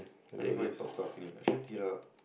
I need go and talk to I should hit her up